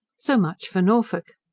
so much for norfolk.